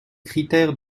critères